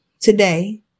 today